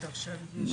עכשיו מקודמות.